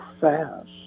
fast